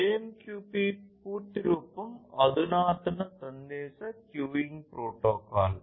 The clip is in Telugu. AMQP పూర్తి రూపం అధునాతన సందేశ క్యూయింగ్ ప్రోటోకాల్